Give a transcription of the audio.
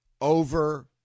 over